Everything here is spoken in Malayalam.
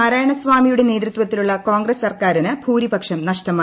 നാരായണ സ്വാമിയുടെ നേതൃത്വത്തിലുള്ള കോൺഗ്രസ് സർക്കാരിന് ഭൂരിപക്ഷം നഷ്ടമായി